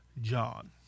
John